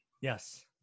Yes